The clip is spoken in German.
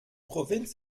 provinz